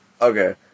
okay